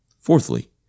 Fourthly